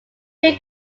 two